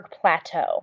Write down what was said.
plateau